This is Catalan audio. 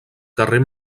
carrer